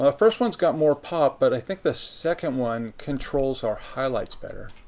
ah first one's got more pop, but i think the second one controls our highlights better.